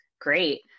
Great